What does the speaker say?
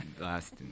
last